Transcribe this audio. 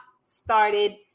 started